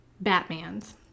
Batman's